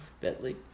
Bentley